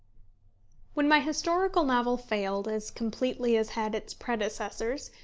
when my historical novel failed, as completely as had its predecessors,